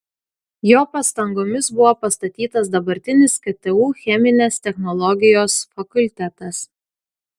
jo pastangomis buvo pastatytas dabartinis ktu cheminės technologijos fakultetas